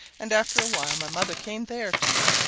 and after a while my mother came there to me.